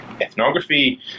ethnography